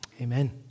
amen